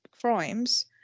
crimes